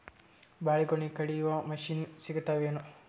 ಬಾಳಿಗೊನಿ ಕಡಿಯು ಮಷಿನ್ ಸಿಗತವೇನು?